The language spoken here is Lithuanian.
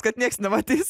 kad nieks nematys